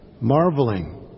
marveling